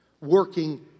working